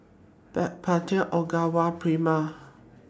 Backpedic Ogawa Prima